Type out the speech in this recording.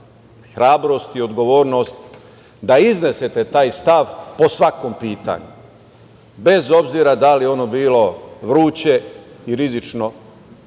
hrabrost i odgovornost da iznesete taj stav po svakom pitanju, bez obzira da li ono bilo vruće i rizično